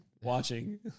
watching